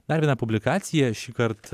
dar viena publikacija šįkart